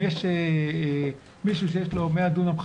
אם יש מישהו שיש לו 100 דונם חממות,